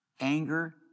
anger